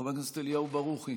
חבר הכנסת אליהו ברוכי,